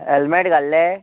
helmet घाल्लें